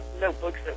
notebooks